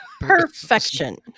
Perfection